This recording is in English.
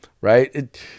right